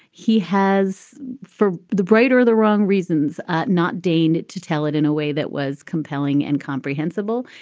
he has for the brighter the wrong reasons not deign to tell it in a way that was compelling and comprehensible.